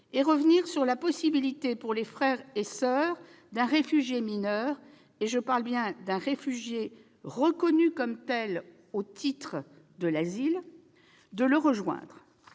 et revenir sur la possibilité pour les frères et les soeurs d'un réfugié mineur- je parle bien d'un réfugié reconnu comme tel au titre de l'asile -de le rejoindre.